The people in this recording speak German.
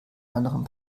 anderen